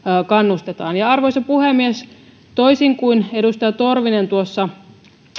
kannustetaan arvoisa puhemies toisin kuin edustaja torvinen tuossa